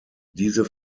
diese